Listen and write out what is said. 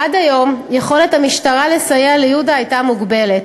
עד היום יכולת המשטרה לסייע ליהודה הייתה מוגבלת.